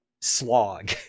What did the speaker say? slog